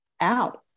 out